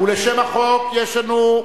ולשם החוק יש לנו,